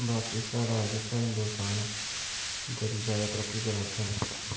बाकी साढा जेह्का हिंदोस्तान ऐ बड़ी जैदा तरक्की करा दा ऐ